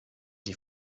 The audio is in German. die